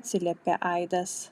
atsiliepė aidas